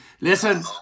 Listen